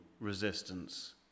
resistance